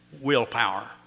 willpower